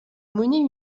monnaie